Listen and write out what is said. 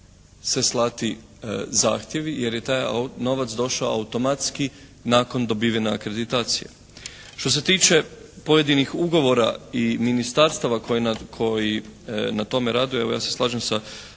se slati zahtjevi, jer je taj novac došao automatski nakon dobivene akreditacije. Što se tiče pojedinih ugovora i ministarstava koji na tome rade, evo ja se slažem sa